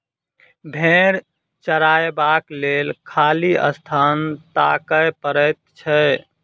भेंड़ चरयबाक लेल खाली स्थान ताकय पड़ैत छै